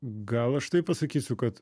gal aš taip pasakysiu kad